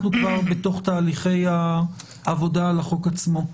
כבר בתוך תהליכי העבודה על החוק עצמו.